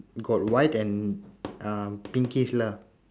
got white and uh pinkish lah